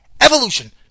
Evolution